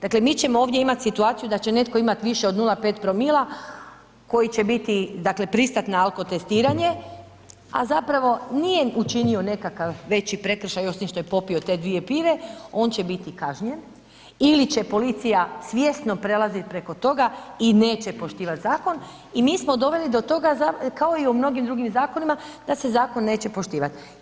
Dakle mi ćemo imati ovdje situaciju da će netko imat više od 0,5‰ koji će biti dakle pristat na alkotestiranje a zapravo nije učinio nekakav veći prekršaj osim što je popio te dvije pive, on će biti kažnjen ili će policija svjesno prelazit preko toga i neće poštivat zakon i mi smo doveli do toga kao i u mnogim drugim zakonima, da se zakon neće poštivati.